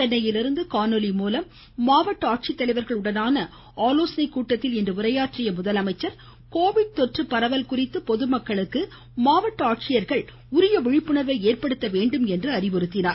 சென்னையிலிருந்து காணொலி மூலம் மாவட்ட ஆலோசனைக் கூட்டத்தில் இன்று உரையாற்றிய முதலமைச்சர் கோவிட் தொற்று பரவல் குறித்து பொதுமக்களுக்கு மாவட்ட ஆட்சியர்கள் உரிய விழிப்புணர்வை ஏற்படுத்த வேண்டும் என்று அறிவுறுத்தினார்